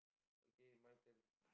okay my turn